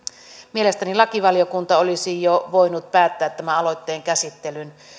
mielestäni lakivaliokunta olisi jo voinut päättää tämän aloitteen käsittelyn